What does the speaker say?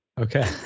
Okay